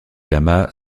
lama